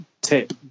tip